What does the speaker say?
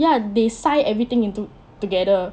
ya they 塞 everything into together